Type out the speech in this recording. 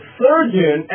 surgeon